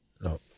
No